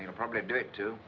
and probably do it too